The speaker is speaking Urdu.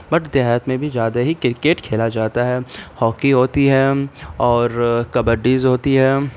بٹ دیہات میں بھی زیادہ ہی کرکٹ کھیلا جاتا ہے ہاکی ہوتی ہے اور کبڈیز ہوتی ہے